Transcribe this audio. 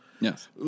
Yes